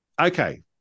okay